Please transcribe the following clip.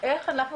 ואיך אנחנו,